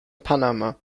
panama